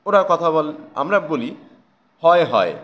ওরা কথা বল আমরা বলি হয় হয়